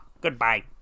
Goodbye